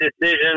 decision